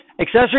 Accessory